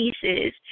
pieces